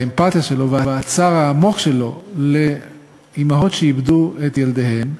האמפתיה שלו והצער העמוק שלו לאימהות שאיבדו את ילדיהן.